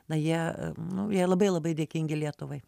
na jie nu jie labai labai dėkingi lietuvai